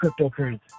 cryptocurrency